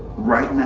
right